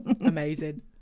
Amazing